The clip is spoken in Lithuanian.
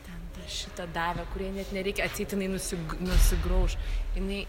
ten šitą davė kur jai net nereikia atseit jinai nusig nesigrauš jinai